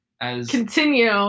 continue